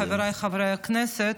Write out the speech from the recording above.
חבריי חברי הכנסת,